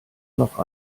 noch